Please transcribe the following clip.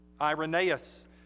Irenaeus